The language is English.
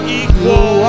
equal